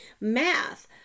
math